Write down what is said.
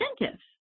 incentives